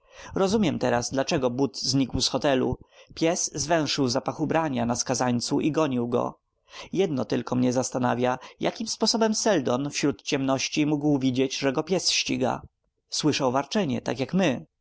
rozumiem teraz dlaczego but znikł z hotelu pies zwęszył zapach ubrania na skazańcu i gonił go jedno tylko mnie zastanawia jakim sposobem seldon wśród ciemności mógł widzieć że go pies ściga słyszał warczenie tak jak my